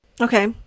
Okay